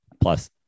plus